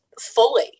fully